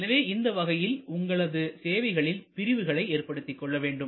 எனவே இந்த வகையில் உங்களது சேவைகளில் பிரிவுகளை ஏற்படுத்திக்கொள்ள வேண்டும்